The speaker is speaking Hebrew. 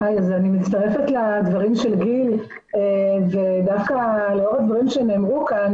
אני מצטרפת לדברים של גיל ורק לאור הדברים שנאמרו כאן,